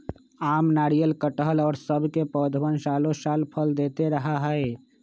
आम, नारियल, कटहल और सब के पौधवन सालो साल फल देते रहा हई